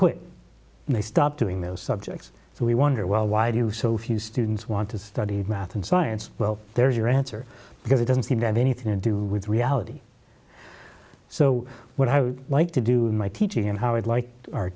quit and they stop doing those subjects so we wonder well why do so few students want to study math and science well there's your answer because it doesn't seem to have anything to do with reality so what i would like to do my teaching and how i'd like